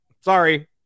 sorry